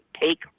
take